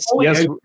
Yes